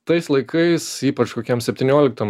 tais laikais ypač kokiam septynioliktam